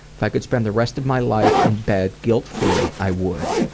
if i could spend the rest of my life in bed guilt-free, i would.